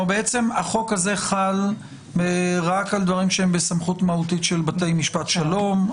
החוק הזה חל רק על דברים שהם בסמכות מהותית של בתי משפט שלום.